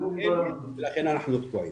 לכן אנחנו תקועים.